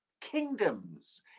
kingdoms